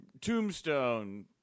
tombstone